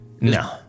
No